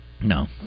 No